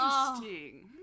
interesting